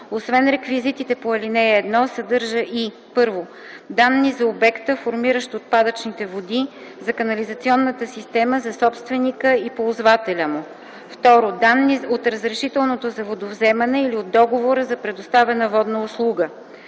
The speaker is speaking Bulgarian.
освен реквизитите по ал. 1 съдържа и: 1. данни за обекта, формиращ отпадъчните води, за канализационната система, за собственика и ползвателя му; 2. данни от разрешителното за водовземане или от договора за предоставена водна услуга;